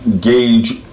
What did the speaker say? gauge